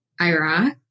Iraq